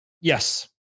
Yes